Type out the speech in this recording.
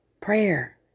Prayer